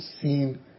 seen